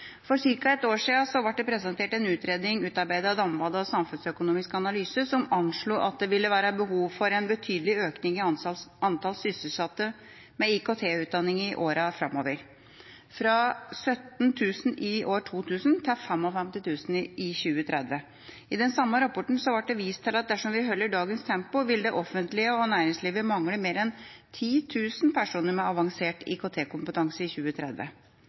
For ca. ett år siden ble det presentert en utredning utarbeidet av DAMVAD og Samfunnsøkonomisk analyse, som anslo at det ville være behov for en betydelig økning i antall sysselsatte med IKT-utdanning i åra framover, fra 17 000 i 2000 til 55 000 i 2030. I den samme rapporten ble det vist til at dersom vi holder dagens tempo, vil det offentlige og næringslivet mangle mer enn 10 000 personer med avansert IKT-kompetanse i 2030.